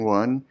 one